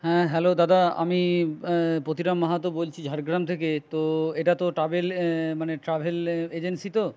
হ্যাঁ হ্যালো দাদা আমি পতিরাম মাহাতো বলছি ঝাড়গ্রাম থেকে তো এটা তো ট্র্যাভেল মানে ট্র্যাভেল এজেন্সি তো